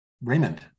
raymond